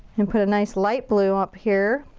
and put a nice light blue up here.